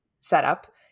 setup